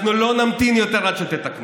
אנחנו לא נמתין יותר עד שתתקנו.